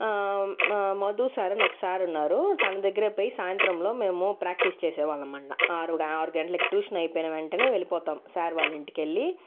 మా మధు సార్ అని ఒక సార్ ఉన్నారు తన దగ్గరపోయి సాయంత్రంలో మేము ప్రాక్టీస్ చేసేవాళ్ళం ఆరు గంటలకి ట్యూషన్ అయిపోయిన వెంటనే వెళ్ళిపోతాం సార్ వాళ్ళ ఇంటికెళ్ళి